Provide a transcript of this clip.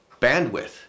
bandwidth